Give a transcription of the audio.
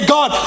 God